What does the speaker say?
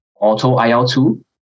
auto-IL-2